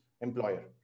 employer